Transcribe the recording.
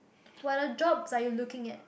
what other jobs are you looking at